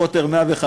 קוטר 105,